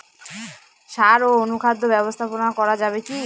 সাড় ও অনুখাদ্য ব্যবস্থাপনা করা যাবে কি?